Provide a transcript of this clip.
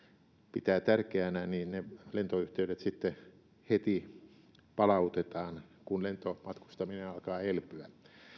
pitää tärkeänä ne lentoyhteydet heti palautetaan kun lentomatkustaminen alkaa elpyä